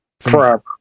forever